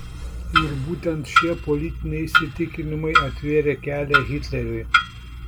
ir būtent šie politiniai įsitikinimai atvėrė kelią hitleriui